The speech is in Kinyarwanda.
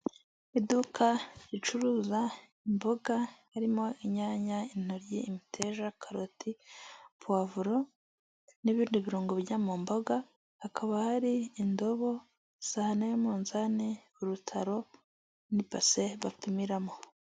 Iduka ricuruza imboga harimo inyanya, intoryi, imiteja, karoti, pavuro n'ibindi birungo bijya mu mboga. Hakaba hari indobo, isahane y'umuzani, urutaro, n'ibase bapimiramo.